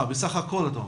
בסך הכול אתה אומר.